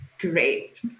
great